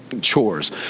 chores